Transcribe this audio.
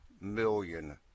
million